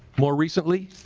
more recently